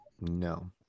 no